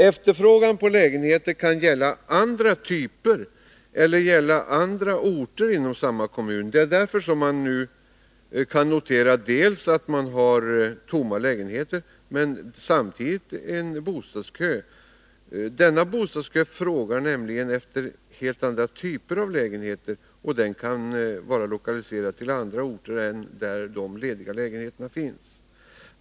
Efterfrågan på lägenheter kan gälla andra typer eller andra orter inom samma kommun. Det är därför som man nu kan notera dels att det finns tomma lägenheter, dels att det samtidigt finns en bostadskö. Personerna i denna bostadskö frågar nämligen efter helt andra typer av lägenheter, varvid det kan gälla andra orter än dem där de lediga lägenheterna finns.